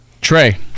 Trey